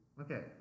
Okay